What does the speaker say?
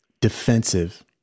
defensive